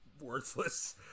worthless